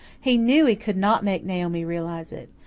he knew he could not make naomi realize it.